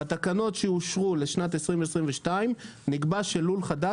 בתקנות שאושרו לשנת 2022 נקבע שלול חדש